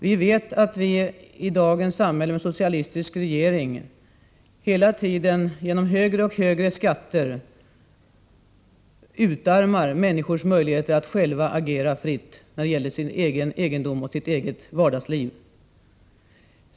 Onsdagen den Vi vet att dagens samhälle, med socialistisk regering, hela tiden genom 15 maj 1985 högre och högre skatter utarmar människors möjligheter att själva agera fritt när det gäller sin egendom och sitt eget vardagsliv.